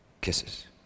kisses